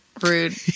Rude